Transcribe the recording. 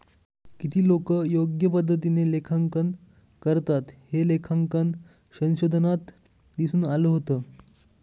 किती लोकं योग्य पद्धतीने लेखांकन करतात, हे लेखांकन संशोधनात दिसून आलं होतं